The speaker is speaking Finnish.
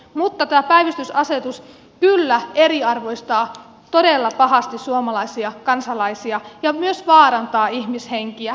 tämä päivystysasetus kyllä eriarvoistaa todella pahasti suomalaisia kansalaisia ja myös vaarantaa ihmishenkiä